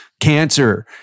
cancer